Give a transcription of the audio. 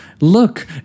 look